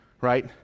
Right